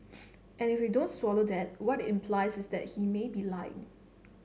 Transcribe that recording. and if we don't swallow that what it implies is that he may be lying